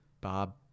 Bob